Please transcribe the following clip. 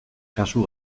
kasu